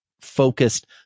focused